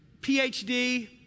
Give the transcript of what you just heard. PhD